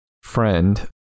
friend